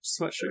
sweatshirt